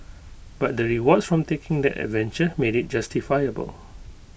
but the rewards from taking that adventure made IT justifiable